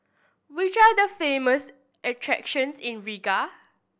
which are the famous attractions in Riga